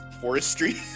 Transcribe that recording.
forestry